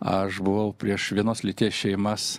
aš buvau prieš vienos lyties šeimas